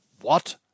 what